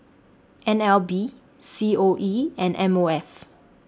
N L B C O E and M O F